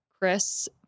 Chris